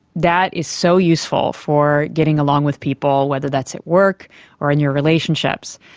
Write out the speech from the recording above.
that is so useful for getting along with people, whether that's at work or in your relationships.